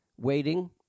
waiting